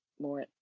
more